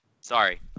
sorry